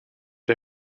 der